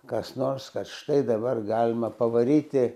kas nors kad štai dabar galima pavaryti